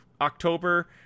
october